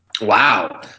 Wow